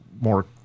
more